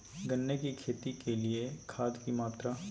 गन्ने की खेती के लिए खाद की मात्रा?